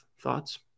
thoughts